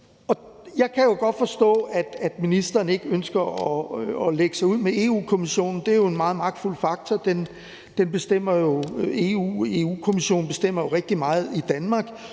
Jeg kan godt forstå, at ministeren ikke ønsker at lægge sig ud med Europa-Kommissionen. Det er jo en meget magtfuld faktor. Europa-Kommissionen bestemmer rigtig meget i Danmark